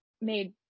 made